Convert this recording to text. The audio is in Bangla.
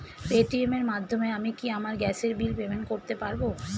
পেটিএম এর মাধ্যমে আমি কি আমার গ্যাসের বিল পেমেন্ট করতে পারব?